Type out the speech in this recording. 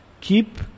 Keep